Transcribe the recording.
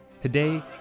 Today